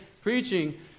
preaching